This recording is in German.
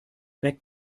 weg